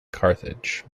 carthage